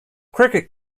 cricket